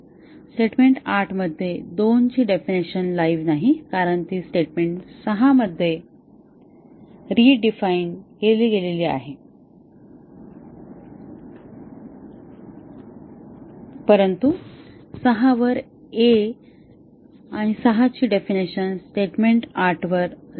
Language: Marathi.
स्टेटमेंट 8 मध्ये 2 ची डेफिनिशन लाइव्ह नाही कारण ती स्टेटमेंट 6 मध्ये रिडिफाइन केली गेली आहे परंतु 6 वर a 6 ची डेफिनिशन स्टेटमेंट 8 वर लाइव्ह आहे